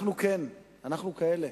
אנחנו כן, אנחנו כאלה.